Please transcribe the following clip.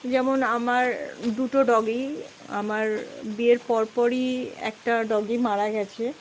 যেমন আমার দুটো ডগি আমার বিয়ের পরপরই একটা ডগি মারা গেছে